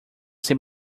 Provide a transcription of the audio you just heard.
ser